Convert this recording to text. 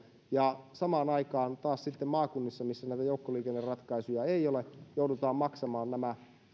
ja samaan aikaan taas sitten maakunnissa missä näitä joukkoliikenneratkaisuja ei ole joudutaan maksamaan nämä